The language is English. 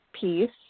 piece